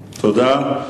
תודה.